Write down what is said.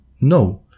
No